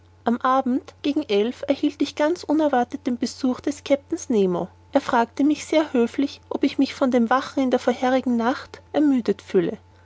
am abend gegen elf uhr erhielt ich ganz unerwartet den besuch des kapitäns nemo er fragte mich sehr höflich ob ich mich von dem wachen in der vorigen nacht ermüdet fühle